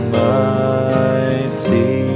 mighty